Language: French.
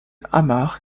ammar